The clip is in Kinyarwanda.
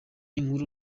inkuru